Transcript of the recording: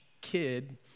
kid